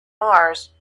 mars